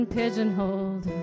pigeonholed